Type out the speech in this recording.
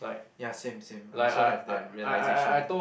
ya same same I also have that realisation